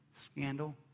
scandal